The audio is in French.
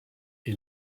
est